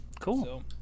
Cool